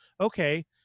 Okay